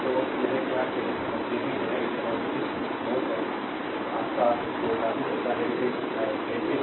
तो यह क्या करते हैं यह एक नोड इस नोड पर आपका को लागू करता है जिसे कॉल कहते हैं